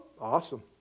Awesome